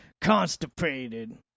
constipated